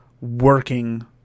working